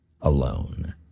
alone